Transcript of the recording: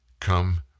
come